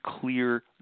clear